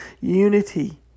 unity